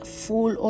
full